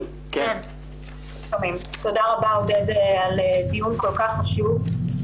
תודה רבה עודד על דיון כל כך חשוב.